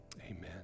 Amen